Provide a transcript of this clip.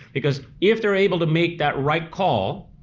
because if they're able to make that right call,